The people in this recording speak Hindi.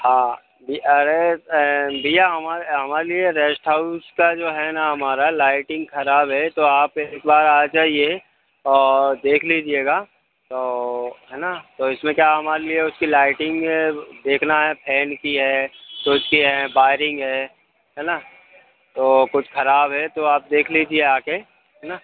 हाँ जी अरे भैया हमारे हमारे लिए रेस्टहाउस का जो है ना हमारा लाइटिंग खराब है तो आप एक बार आ जाइए और देख लीजिएगा तो है ना तो इसमें क्या हमारे लिए उसकी लाइटिंग देखना है फैन की है टोर्च की है बायरिंग है है ना तो कुछ ख़राब है तो आप देख लीजिए आ कर है ना